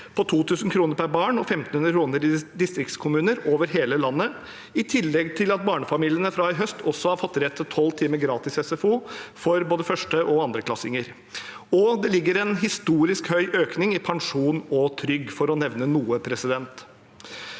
på 2 000 kr per barn og 1 500 kr i distriktskommuner over hele landet, i tillegg til at barnefamiliene fra i høst også har fått rett til tolv timer gratis SFO for både 1.- og 2.-klassinger. Og det er en historisk høy økning i pensjon og trygd, for å nevne noe.